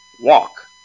walk